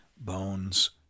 bones